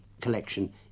collection